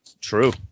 True